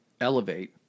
elevate